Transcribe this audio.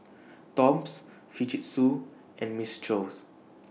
Toms Fujitsu and Mistral